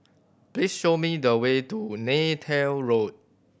please show me the way to Neythal Road